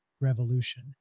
revolution